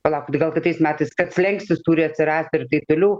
palaukit gal kitais metais kad slenkstis turi atsirast ir taip toliau